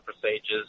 procedures